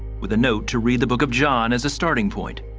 with a note to read the book of john as a starting point.